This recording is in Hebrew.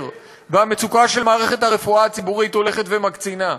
והמצוקה של מערכת הרפואה הציבורית הולכת ומקצינה.